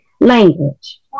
Language